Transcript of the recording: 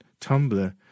Tumblr